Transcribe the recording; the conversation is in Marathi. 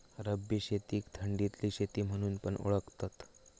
रब्बी शेतीक थंडीतली शेती म्हणून पण ओळखतत